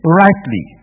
rightly